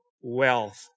wealth